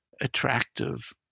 attractive